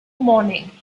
morning